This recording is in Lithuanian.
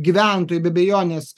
gyventojai be abejonės